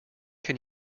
can